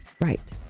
right